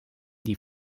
die